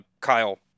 Kyle